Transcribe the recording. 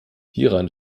hieran